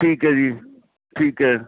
ਠੀਕ ਹੈ ਜੀ ਠੀਕ ਹੈ